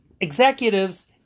executives